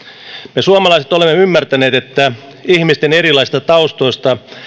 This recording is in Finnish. me suomalaiset olemme ymmärtäneet että ihmisten erilaisista taustoista